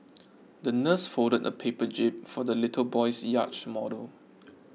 the nurse folded a paper jib for the little boy's yacht model